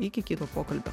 iki kito pokalbio